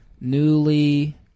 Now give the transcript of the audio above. newly